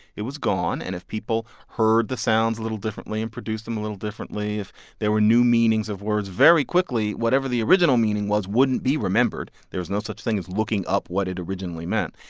it was gone. and if people heard the sounds a little differently and produced them a little differently, if there were new meanings of words very quickly whatever the original meaning was wouldn't be remembered. there was no such thing as looking up what it originally meant.